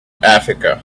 africa